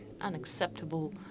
unacceptable